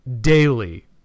Daily